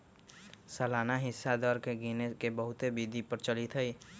सालाना हिस्सा दर के गिने के बहुते विधि प्रचलित हइ